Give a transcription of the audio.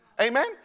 Amen